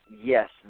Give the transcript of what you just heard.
yes